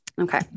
Okay